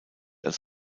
als